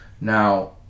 now